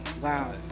Wow